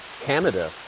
canada